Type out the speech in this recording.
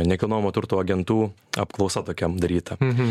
nekilnojamo turto agentų apklausa tokiam daryta